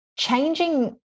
changing